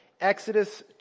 Exodus